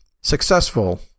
successful